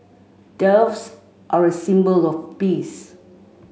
doves are a symbol of peace